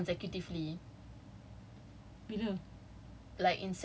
you have to finish these two mods consecutively